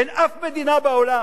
אין אף מדינה בעולם,